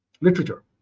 literature